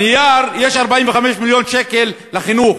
על הנייר יש 45 מיליון שקל לחינוך,